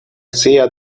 sea